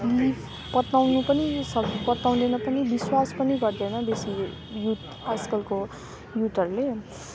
पत्याउनु पनि पत्याउँदैन पनि विश्वास पनि गर्दैन बेसी यो युथ आजकालको युथहरूले